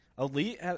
Elite